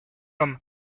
him